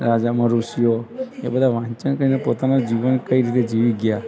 રાજામાં ઋષિઓ એ બધા વાંચન કરીને પોતાના જીવન કઈ રીતે જીવી ગયાં